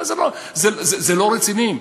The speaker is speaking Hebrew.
לא, זה לא רציני.